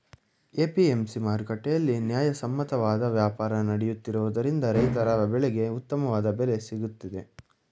APMC ಮಾರುಕಟ್ಟೆಯಲ್ಲಿ ನ್ಯಾಯಸಮ್ಮತವಾದ ವ್ಯಾಪಾರ ನಡೆಯುತ್ತಿರುವುದರಿಂದ ರೈತರ ಬೆಳೆಗೆ ಉತ್ತಮವಾದ ಬೆಲೆ ಸಿಗುತ್ತಿದೆ